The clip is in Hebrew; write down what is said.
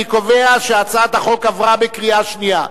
אני קובע שהצעת החוק עברה בקריאה שנייה.